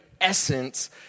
essence